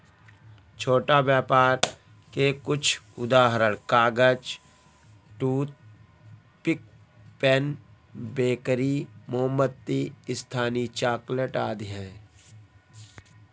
छोटा व्यापर के कुछ उदाहरण कागज, टूथपिक, पेन, बेकरी, मोमबत्ती, स्थानीय चॉकलेट आदि हैं